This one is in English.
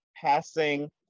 passing